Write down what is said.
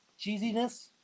cheesiness